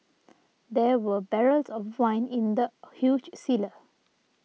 there were barrels of wine in the huge cellar